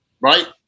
right